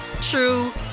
true